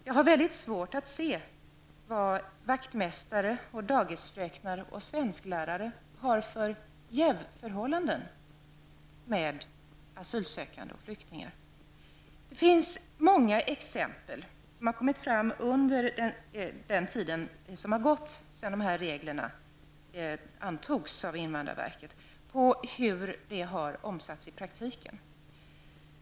Jag har mycket svårt att se vad vaktmästare, dagisfröknar och svensklärare har för jävsförhållanden till asylsökande och flyktingar. Det finns många exempel, som har kommit fram under den tid som har gått sedan de här reglerna antogs av invandrarverket, på hur reglerna har omsatts i praktiken.